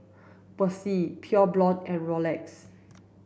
Persil Pure Blonde and Rolex